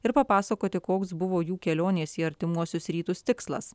ir papasakoti koks buvo jų kelionės į artimuosius rytus tikslas